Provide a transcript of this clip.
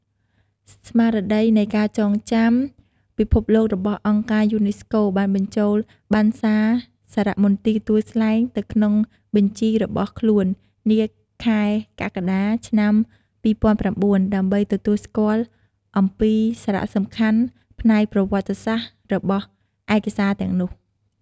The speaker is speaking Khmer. ស្មារតីនៃការចងចាំពិភពលោករបស់អង្គការយូណេស្កូ បានបញ្ចូលបណ្ណសារសារមន្ទីរទួលស្លែងទៅក្នុងបញ្ជីររបស់ខ្លួន នាខែកក្កដា ឆ្នាំ២០០៩ ដើម្បីទទួលស្គាល់អំពីសារសំខាន់ផ្នែកប្រវត្តិសាស្ត្ររបស់ឯកសារទាំងនោះ។